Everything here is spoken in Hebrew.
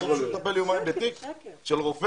לוקח להם יומיים לטפל בתיק של רופא?